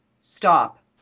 stop